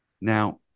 now